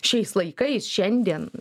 šiais laikais šiandien